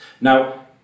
Now